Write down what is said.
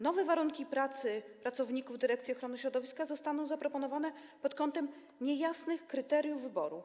Nowe warunki pracy pracowników Dyrekcji Ochrony Środowiska zostaną zaproponowane przy zastosowaniu niejasnych kryteriów wyboru.